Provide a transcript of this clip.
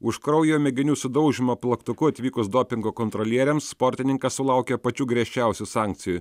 už kraujo mėginių sudaužymą plaktuku atvykus dopingo kontrolieriams sportininkas sulaukė pačių griežčiausių sankcijų